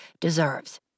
deserves